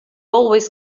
always